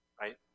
Right